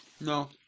No